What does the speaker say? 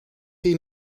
chi